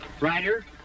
Ryder